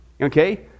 okay